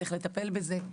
צריך לטפל בזה.